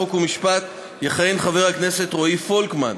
חוק ומשפט יכהן חבר הכנסת רועי פולקמן.